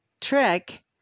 trick